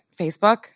Facebook